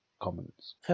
comments